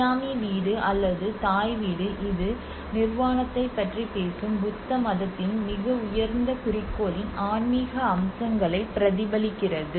சியாமி வீடு அல்லது தாய் வீடு இது நிர்வாணத்தைப் பற்றி பேசும் புத்த மதத்தின் மிக உயர்ந்த குறிக்கோளின் ஆன்மீக அம்சங்களை பிரதிபலிக்கிறது